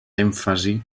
èmfasi